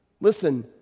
Listen